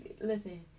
Listen